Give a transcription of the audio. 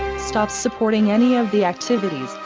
stop supporting any of the activities,